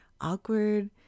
awkward